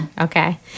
Okay